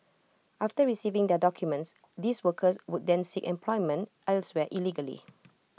after receiving their documents these workers would then seek employment elsewhere illegally